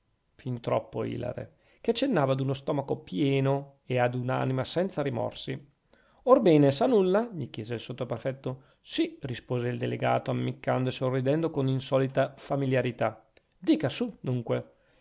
fin troppo ilare che accennava ad uno stomaco pieno e ad un'anima senza rimorsi or bene sa nulla gli chiese il sottoprefetto sì rispose il delegato ammiccando e sorridendo con insolita familiarità dica su dunque